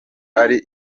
ari